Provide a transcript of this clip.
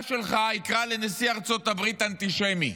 שלך יקרא לנשיא ארצות הברית אנטישמי.